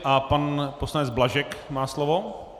A pan poslanec Blažek má slovo.